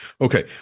Okay